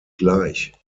gleich